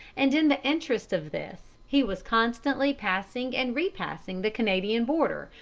and in the interest of this he was constantly passing and re passing the canadian border,